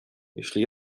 jeśli